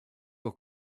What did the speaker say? will